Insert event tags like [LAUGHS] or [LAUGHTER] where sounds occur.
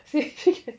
[LAUGHS]